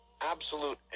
absolute